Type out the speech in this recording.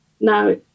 Now